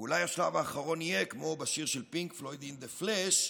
ואולי השלב האחרון יהיה כמו בשיר של פינק פלויד, In the flesh: